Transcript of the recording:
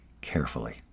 carefully